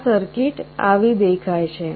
આ સર્કિટ આવી દેખાય છે